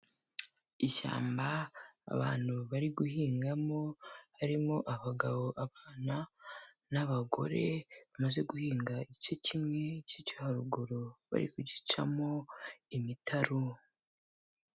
Ishyamba abantu bari guhingamo harimo abagabo, abana n'abagore, bamaze guhinga igice kimwe, igice cyo haruguru bari kugicamo imitaru.